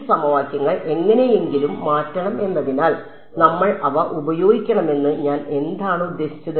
ഈ സമവാക്യങ്ങൾ എങ്ങനെയെങ്കിലും മാറ്റണം എന്നതിനാൽ നമ്മൾ അവ ഉപയോഗിക്കണമെന്ന് ഞാൻ എന്താണ് ഉദ്ദേശിച്ചത്